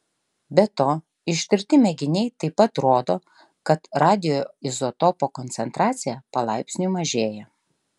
be to ištirti mėginiai taip pat rodo kad radioizotopo koncentracija palaipsniui mažėja